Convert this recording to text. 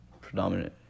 predominant